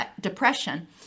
depression